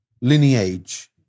lineage